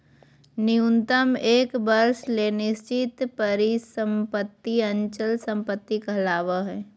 न्यूनतम एक वर्ष ले निश्चित परिसम्पत्ति अचल संपत्ति कहलावय हय